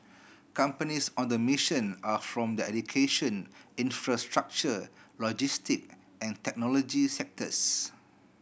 companies on the mission are from the education infrastructure logistic and technology sectors